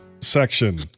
section